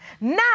Now